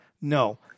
No